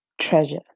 Treasure